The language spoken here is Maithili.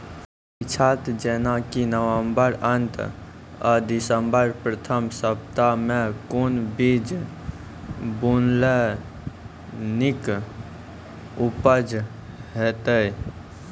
पीछात जेनाकि नवम्बर अंत आ दिसम्बर प्रथम सप्ताह मे कून बीज बुनलास नीक उपज हेते?